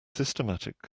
systematic